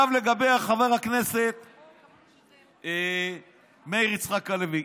עכשיו לגבי חבר הכנסת מאיר יצחק הלוי,